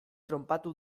tronpatu